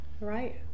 Right